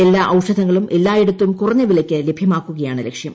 എല്ലാ ഔഷധങ്ങളും എല്ലായിടത്തും കുറഞ്ഞ വിലയ്ക്ക് ലഭ്യമാക്കുകയാണ് ലക്ഷ്യം